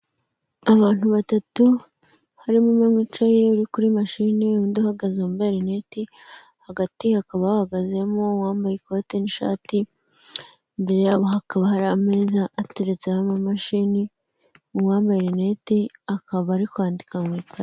Abantu batatu harimo umwe wicaye uri kuri mashine, undi uhagaze wambaye rineti, hagati hakaba hahagazemo uwambaye ikote n'ishati, imbere yabo hakaba hari ameza ateretse amashini, uwambaye rinete akaba ari kwandika mu ikayi.